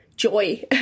Joy